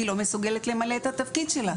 היא לא מסוגלת למלא את התפקיד שלה